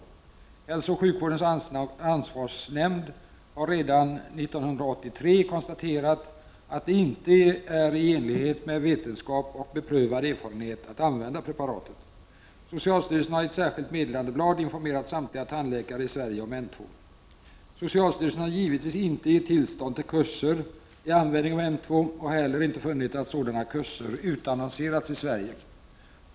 Hälsooch sjukvårdens ansvarsnämnd har redan år 1983 konstaterat att det inte är i enlighet med vetenskap och beprövad erfarenhet att använda preparatet. Socialstyrelsen har i ett särskilt meddelandeblad informerat samtliga tandläkare i Sverige om N2. Socialstyrelsen har givetvis inte gett tillstånd till kurser i användningen av N2 och har heller inte funnit att sådana kurser utannonserats i Sverige.